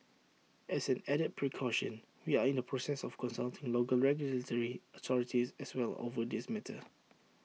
as an added precaution we are in the process of consulting local regulatory authorities as well over this matter